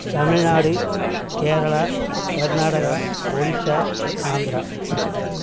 Tamil Nadu Kerala Karnataka Orissa Andhra